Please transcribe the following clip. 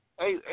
Hey